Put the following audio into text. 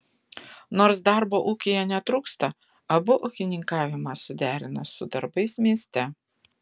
nors darbo ūkyje netrūksta abu ūkininkavimą suderina su darbais mieste